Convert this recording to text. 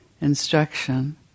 instruction